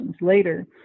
later